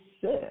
six